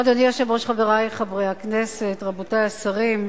אדוני היושב-ראש, חברי חברי הכנסת, רבותי השרים,